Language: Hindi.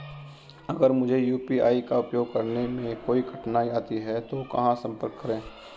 अगर मुझे यू.पी.आई का उपयोग करने में कोई कठिनाई आती है तो कहां संपर्क करें?